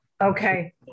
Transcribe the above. Okay